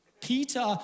Peter